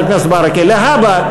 חבר הכנסת ברכה: להבא,